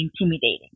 intimidating